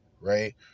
right